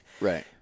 Right